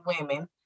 women